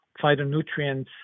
phytonutrients